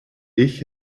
ich